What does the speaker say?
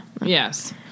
Yes